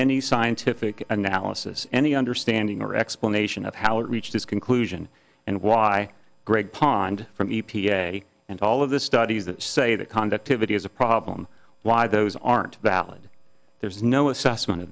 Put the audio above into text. any scientific analysis any understanding or explanation of how it reached this conclusion and why greg pond from e p a and all of the studies that say that conductivity is a problem why those aren't valid there's no assessment